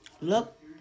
Look